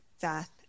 Death